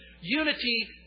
unity